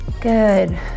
Good